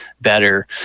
better